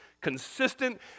consistent